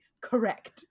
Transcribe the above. correct